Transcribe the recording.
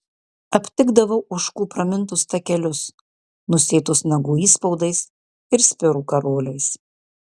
aptikdavau ožkų pramintus takelius nusėtus nagų įspaudais ir spirų karoliais